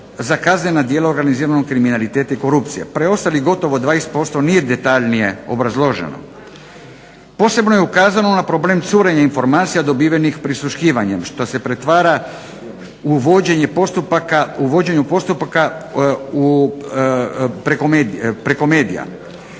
za kaznena djela organiziranog kriminaliteta i korupcije. Preostalih gotovo 20% nije detaljnije obrazloženo. Posebno je ukazano na problem curenja informacija dobivenih prisluškivanjem što se pretvara u vođenje postupaka preko medija.